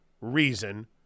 reason